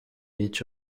each